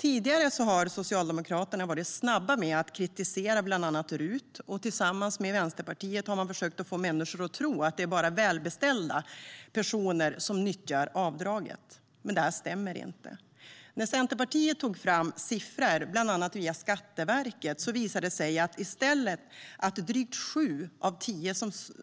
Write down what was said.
Tidigare har Socialdemokraterna varit snabba att kritisera bland annat RUT. Tillsammans med Vänsterpartiet har de försökt få människor att tro att det bara är välbeställda personer som nyttjar avdraget. Men det stämmer inte. När Centerpartiet tog fram siffror, bland annat via Skatteverket, visade det sig i stället att drygt sju av tio